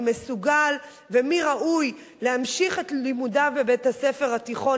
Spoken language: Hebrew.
מי מסוגל ומי ראוי להמשיך את לימודיו בבית-הספר התיכון